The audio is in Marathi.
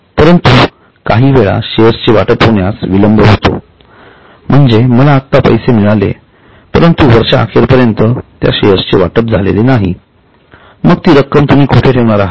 परंतु काही वेळा शेअर्सचे वाटप होण्यास विलंब होतो म्हणजे मला आता पैसे मिळाले परंतु वर्षाअखेपर्यंत त्या शेअर्सचे वाटप झाले नाही आणि मग ती रक्कम तुम्ही कुठे ठेवणार आहात